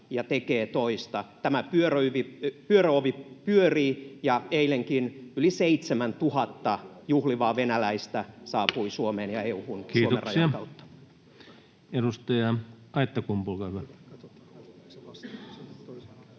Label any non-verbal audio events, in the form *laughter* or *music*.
ja tekee toista? Tämä pyöröovi pyörii, ja eilenkin yli 7 000 juhlivaa venäläistä saapui Suomeen *noise* ja EU:hun Suomen rajan kautta. Kiitoksia. — Edustaja Aittakumpu, olkaa hyvä.